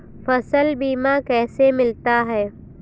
फसल बीमा कैसे मिलता है?